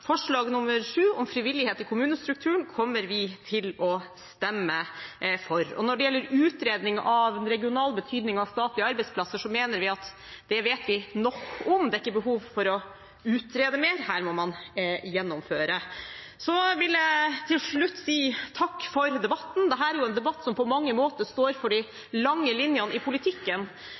Forslag nr. 7, om frivillighet i kommunestrukturen, kommer vi til å stemme for. Når det gjelder utredning av regional betydning av statlige arbeidsplasser, mener vi at det vet vi nok om, det er ikke behov for å utrede mer, her må man gjennomføre. Så vil jeg til slutt si takk for debatten. Dette er en debatt som på mange måter står for de lange linjene i politikken.